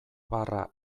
barra